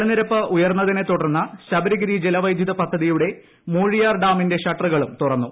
ജലനിരപ്പ് ഉയർന്നതിനെ തുടർന്ന് ശബരിഗിരി ജല്വെദ്യുത പദ്ധതിയുടെ മൂഴിയാർ ഡാമിന്റെ ഷട്ടറുകളും തുറന്നു